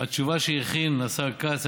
התשובה שהכין השר כץ,